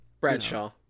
Bradshaw